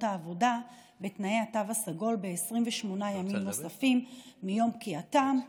העבודה בתנאי התו הסגול ב-28 ימים נוספים מיום פקיעתן,